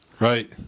Right